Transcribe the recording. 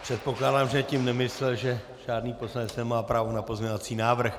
Předpokládám, že tím nemyslel, že žádný poslanec nemá právo na pozměňovací návrh.